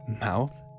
mouth